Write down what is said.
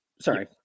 Sorry